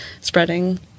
spreading